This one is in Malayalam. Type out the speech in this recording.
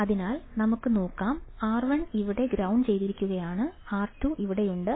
അതിനാൽ നമുക്ക് നോക്കാം R1 ഇവിടെ ഗ്രൌണ്ട് ചെയ്തിരിക്കുകയാണ് R2 ഇവിടെയുണ്ട്